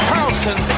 Carlson